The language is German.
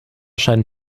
scheinen